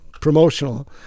Promotional